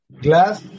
glass